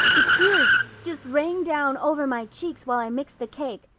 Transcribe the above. the tears just rained down over my cheeks while i mixed the cake.